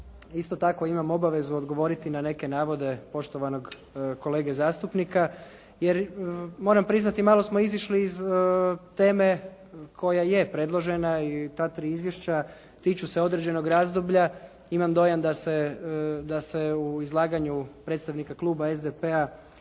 isto tako imam obavezu odgovoriti na neke navode poštovanog kolege zastupnika jer moram priznati malo smo izišli iz teme koja je predložena i ta tri izvješća tiču se određenog razdoblja. Imam dojam da se u izlaganju predstavnika kluba SDP-a